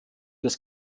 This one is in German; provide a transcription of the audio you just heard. des